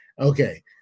Okay